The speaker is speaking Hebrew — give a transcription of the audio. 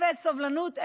אפס סובלנות אליכם,